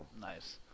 Nice